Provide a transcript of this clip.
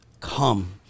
Come